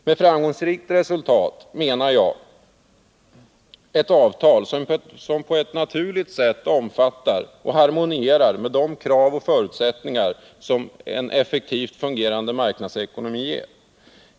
Med framgångsrikt resultat menar jag ett avtal som på ett naturligt sätt omfattar och harmonierar med de krav och förutsättningar som en effektivt fungerande marknadsekonomi ger.